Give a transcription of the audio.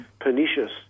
pernicious